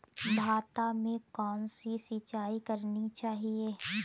भाता में कौन सी सिंचाई करनी चाहिये?